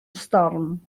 storm